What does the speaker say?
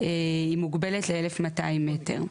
היא מוגבלת ל-1,200 מטר.